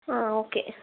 ആ ഓക്കെ